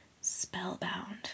spellbound